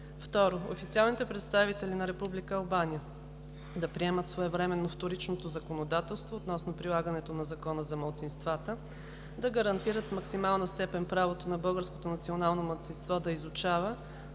2. Официалните представители на Република Албания: - да приемат своевременно вторичното законодателство относно прилагането на Закона за малцинствата; - да гарантират в максимална степен правото на българското национално малцинство да изучава